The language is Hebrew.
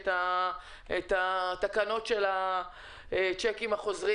להאריך את התקנות בעניין הצ'קים החוזרים.